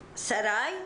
שרי?